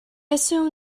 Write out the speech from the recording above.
assume